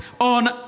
on